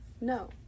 No